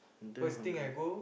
I'm damn hungry